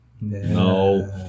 No